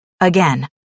again